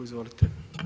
Izvolite.